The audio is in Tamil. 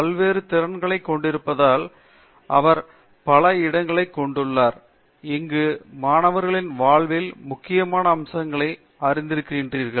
பல்வேறு திறன்களைக் கொண்டிருப்பதால் அவர் பல இடங்களைக் கொண்டுள்ளார் இங்கு மாணவர்களின் வாழ்வில் முக்கியமான அம்சங்களை அறிந்திருக்கிறீர்கள்